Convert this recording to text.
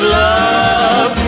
love